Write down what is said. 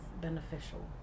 beneficial